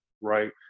right